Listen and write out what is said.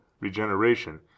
regeneration